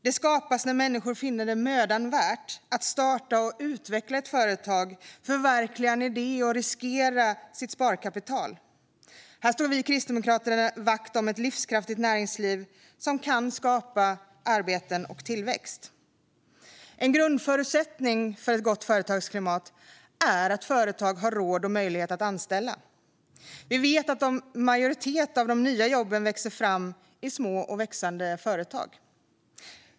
De skapas när människor finner det mödan värt att starta och utveckla ett företag, förverkliga en idé och riskera sitt sparkapital. Vi kristdemokrater slår vakt om ett livskraftigt näringsliv som kan skapa arbeten och tillväxt. En grundförutsättning för ett gott företagsklimat är att företag har råd och möjlighet att anställa. Vi vet att en majoritet av de nya jobben växer fram i små och växande företag.